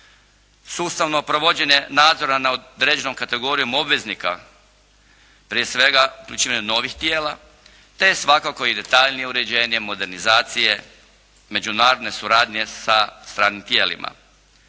Sustavno provođenje nadzora nad određenom kategorijom obveznika, prije svega uključivanjem novih tijela, te svakako i detaljnije uređenje, modernizacije, međunarodne suradnje sa stranim tijelima.